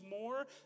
more